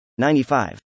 95